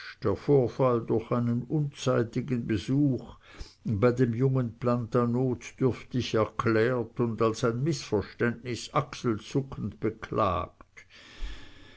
der vorfall durch einen unzeitigen besuch bei dem jungen planta notdürftig erklärt und als ein mißverständnis achselzuckend beklagt